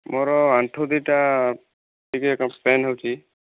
ମୋର ଆଣ୍ଠୁ ଦୁଇଟା ଟିକେ ପେନ୍ ହେଉଛି